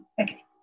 Okay